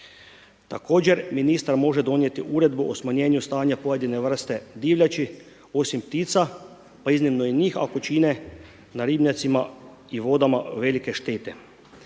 Također, ministar može donijeti Uredbu o smanjenju stanja pojedine vrste divljači, osim ptica pa iznimno i njih ako čine na ribnjacima i vodama velike štete.